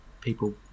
people